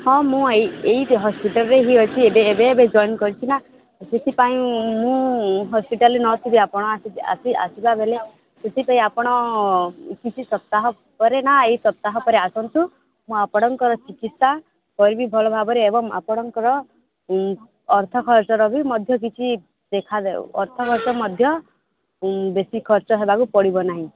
ହଁ ମୁଁ ଏଇ ଏଇଠି ହସ୍ପିଟାଲ ରେ ହିଁ ଅଛି ଏବେ ଏବେ ଏବେ ଜଏନ୍ କରିଛି ନା ସେଥିପାଇଁ ମୁଁ ହସ୍ପିଟାଲ୍ ରେ ନଥିବି ଆପଣ ଆସିଲା ବେଲେ ସେଥିପାଇଁ ଆପଣ କିଛି ସପ୍ତାହ ପରେ ନା ଏଇ ସପ୍ତାହ ପରେ ଆସନ୍ତୁ ମୁଁ ଆପଣଙ୍କର ଚିକିତ୍ସା କିରିବି ଭଲ ଭାବରେ ଏବଂ ଆପଣଙ୍କର ଅର୍ଥ ଖର୍ଚ୍ଚ ର ବି ମଧ୍ୟ କିଛି ଦେଖାଯାଉ ଅର୍ଥ ଖର୍ଚ୍ଚ ମଧ୍ୟ ବେଶୀ ଖର୍ଚ୍ଚ ହେବାକୁ ପଡ଼ିବ ନାହିଁ